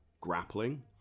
grappling